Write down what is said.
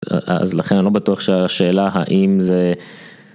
אז לכן אני לא בטוח שהשאלה האם זה.